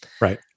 Right